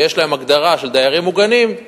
שיש להן הגדרה של דיירים מוגנים,